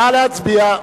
נא להצביע.